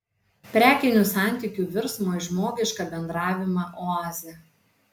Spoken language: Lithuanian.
prekinių santykių virsmo į žmogišką bendravimą oazė